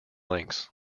links